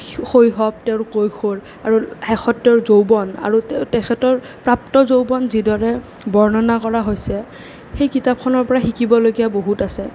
শৈশৱ তেওঁৰ কৈশোৰ আৰু শেষত তেওঁৰ যৌৱন আৰু তেখেতৰ প্ৰাপ্ত যৌৱন যিদৰে বৰ্ণনা কৰা হৈছে সেই কিতাপখনৰ পৰা শিকিবলগীয়া বহুত আছে